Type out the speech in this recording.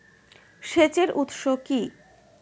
সেচের উৎস কি?